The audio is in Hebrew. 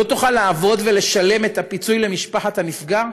לא תוכל לעבוד ולשלם את הפיצוי למשפחת הנפגע?